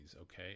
okay